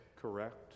correct